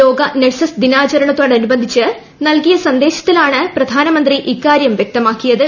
ലോക നഴ്സസ് ദിനാചരണത്തോടനുബന്ധിച്ച് നൽകിയ സന്ദേശത്തിലാണ് പ്രധാനമന്ത്രി ഇ്ക്കാർൃം വൃക്തമാക്കിയത്